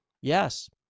yes